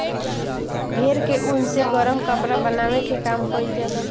भेड़ के ऊन से गरम कपड़ा बनावे के काम कईल जाला